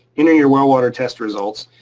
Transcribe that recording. you know your well water test results.